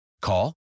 Call